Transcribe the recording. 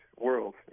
world